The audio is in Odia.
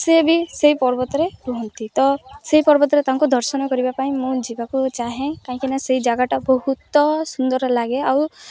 ସିଏ ବି ସେଇ ପର୍ବତ ରେ ରୁହନ୍ତି ତ ସେଇ ପର୍ବତରେ ତାଙ୍କୁ ଦର୍ଶନ କରିବା ପାଇଁ ମୁଁ ଯିବାକୁ ଚାହେଁ କାହିଁକିନା ସେଇ ଜାଗାଟା ବହୁତ ସୁନ୍ଦର ଲାଗେ ଆଉ